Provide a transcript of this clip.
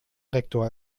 rektor